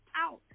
out